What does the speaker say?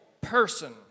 person